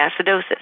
acidosis